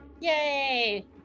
Yay